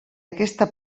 aquesta